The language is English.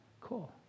cool